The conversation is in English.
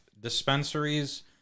dispensaries